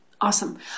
Awesome